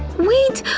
wait!